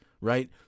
right